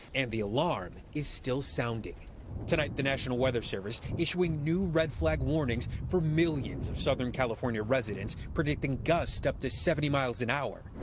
and the alarm is still sounding tonight the national weather service issuing new red flag warnings for millions of southern california residents predicting gusts up to seventy miles an hour.